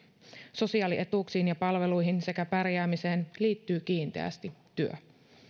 sosiaalietuuksiin ja palveluihin sekä pärjäämiseen liittyy kiinteästi työ